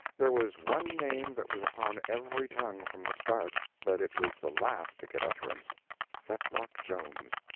there was one name that was upon every tongue from the start, but it was the last to get utterance fetlock jones's.